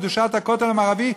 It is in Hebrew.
בקדושת הכותל המערבי,